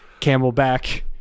camelback